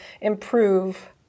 improve